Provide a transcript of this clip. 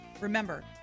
remember